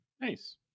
Nice